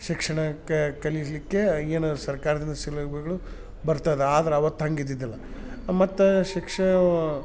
ಶಿಕ್ಷಣ ಕಲಿಸಲಿಕ್ಕೆ ಏನು ಸರ್ಕಾರದಿಂದ ಸೌಲಭ್ಯಗಳು ಬರ್ತದೆ ಆದ್ರೆ ಅವತ್ತು ಹಂಗೆ ಇದ್ದಿದ್ದಿಲ್ಲ ಮತ್ತು ಶಿಕ್ಷಣ